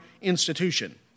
institution